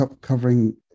covering